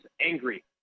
angry